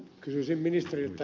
kysyisin ministeriltä